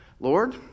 Lord